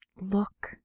look